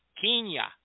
Kenya